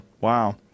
Wow